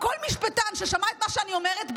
כל משפטן ששמע את מה שאני אומרת,